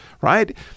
right